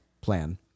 plan